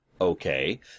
Okay